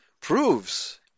proves